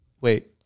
wait